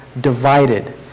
Divided